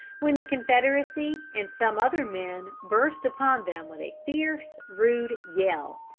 when the confederacy and some other men burst upon them with a fierce, rude yell.